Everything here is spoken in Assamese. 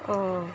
অঁ